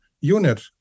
unit